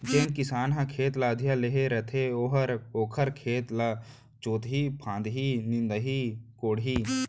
जेन किसान ह खेत ल अधिया लेहे रथे ओहर ओखर खेत ल जोतही फांदही, निंदही कोड़ही